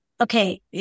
okay